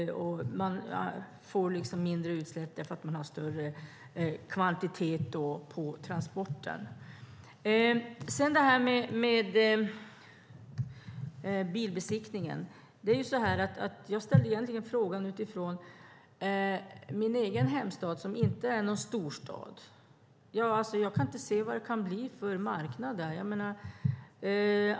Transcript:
Man får mindre utsläpp för att man har större kvantitet på transporten. Sedan gäller det bilbesiktningen. Jag ställde egentligen frågan utifrån min egen hemstad, som inte är någon storstad. Jag kan inte se vad det kan bli för marknad där.